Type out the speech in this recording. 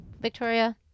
Victoria